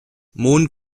mohn